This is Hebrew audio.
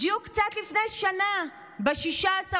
בדיוק לפני שנה וקצת,